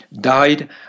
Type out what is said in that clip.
died